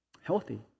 healthy